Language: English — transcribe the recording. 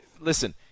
Listen